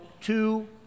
two